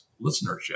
listenership